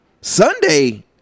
Sunday